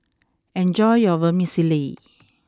enjoy your Vermicelli